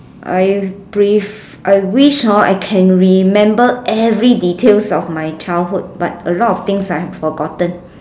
I brief~ I wish hor I can remember every details of my childhood but a lot of things I have forgotten